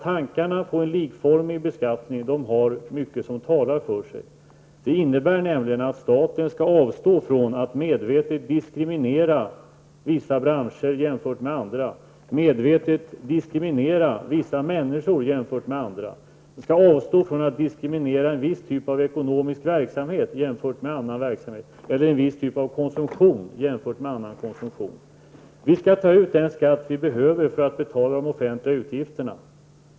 Tankarna för en likformig beskattning har mycket som talar för sig. Det innebär nämligen att staten skall avstå från att medvetet diskriminera vissa branscher i förhållande till andra och medvetet diskriminera vissa människor i förhållande till andra. Man skall avstå från att diskriminera en viss typ av ekonomisk verksamhet jämfört med annan verksamhet eller en viss typ av konsumtion jämfört med annan konsumtion. Vi skall ta ut den skatt vi behöver för att betala de offentliga utgifterna.